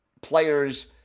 players